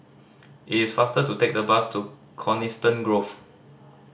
it is faster to take the bus to Coniston Grove